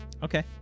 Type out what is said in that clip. Okay